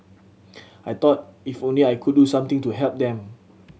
I thought if only I could do something to help them